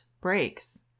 breaks